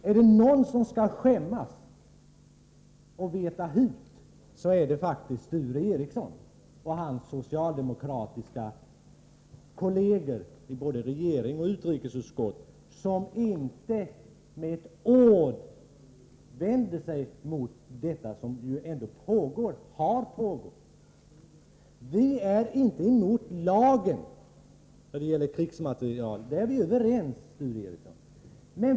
Är det någon som skall skämmas och veta hut är det faktiskt Sture Ericson och hans socialdemokratiska kolleger i både regering och utrikesutskott, som inte med ett ord vänt sig mot detta när det gäller vapenexporten. Vi är inte emot lagen när det gäller krigsmateriel — om den är vi överens, Sture Ericson.